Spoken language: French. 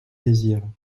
désire